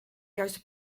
juiste